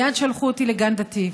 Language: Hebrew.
מייד שלחו אותי לגן דתי,